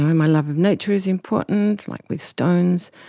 my love of nature is important, like with stones.